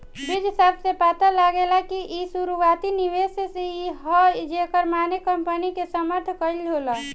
बीज शब्द से पता लागेला कि इ शुरुआती निवेश ह जेकर माने कंपनी के समर्थन कईल होला